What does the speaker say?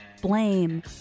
blame